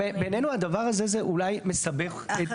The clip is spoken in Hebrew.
בעינינו הדבר הזה אולי מסבך.